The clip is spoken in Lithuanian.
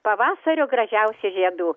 pavasario gražiausių žiedų